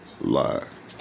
live